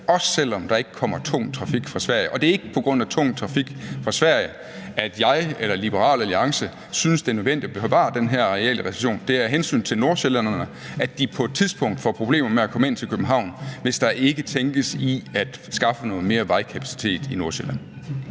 også selv om der ikke kommer tung trafik fra Sverige. Det er ikke på grund af tung trafik fra Sverige, at jeg og Liberal Alliance synes, at det er nødvendigt at bevare den her arealreservation. Det er af hensyn til nordsjællænderne, for på et tidspunkt får de problemer med at komme ind til København, hvis der ikke tænkes i at skaffe noget mere vejkapacitet i Nordsjælland.